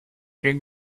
think